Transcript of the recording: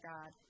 God